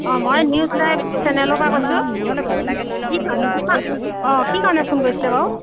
অঁ মই news live চেনেলৰপৰা কৈছোঁ কি কি অঁ কি কাৰণে ফোন কৰিছিলে বাৰু